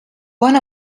one